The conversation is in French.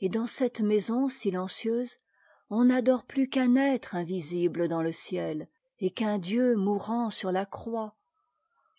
et dans cette maison si lencieuse on n'adore plus qu'un être invisible dans le ciel et qu'un dieu mourant sur la croix